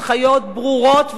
הנחיות ברורות וחדות.